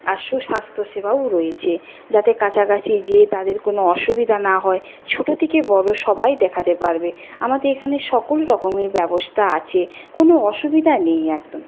আর সুস্বাস্থ্য সেবাও রয়েছে যাতে কাছাকাছি যেয়ে তাদের কোনো অসুবিধা না হয় ছোটো থেকে বড়ো সবাই দেখাতে পারবে আমাদের এখানে সকল রকমের ব্যবস্থা আছে কোনো অসুবিধা নেই একদম